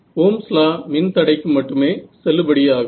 ohms law மின் தடைக்கு மட்டுமே செல்லுபடியாகும்